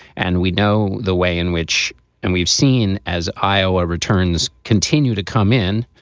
and we know the way in which and we've seen as iowa returns continue to come in,